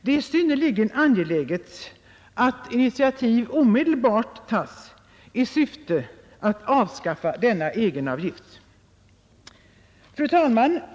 Det är synnerligen angeläget att initiativ omedelbart tas i syfte att avskaffa denna egenavgift. Fru talman!